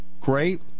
great